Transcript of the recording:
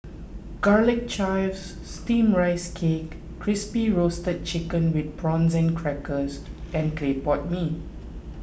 Garlic Chives Steamed Rice Cake Crispy Roasted Chicken with Prawn Crackers and Clay Pot Mee